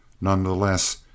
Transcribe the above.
Nonetheless